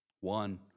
One